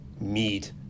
meat